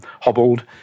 hobbled